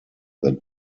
that